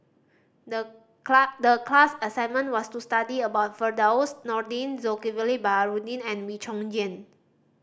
the the class assignment was to study about Firdaus Nordin Zulkifli Baharudin and Wee Chong Jin